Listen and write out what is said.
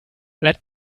let